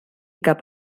cap